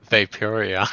Vaporia